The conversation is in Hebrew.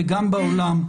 וגם בעולם,